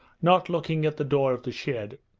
not looking at the door of the shed.